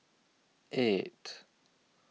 eight